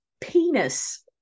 penis